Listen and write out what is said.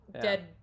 dead